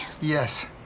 Yes